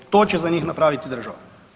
To će za njih napravit država.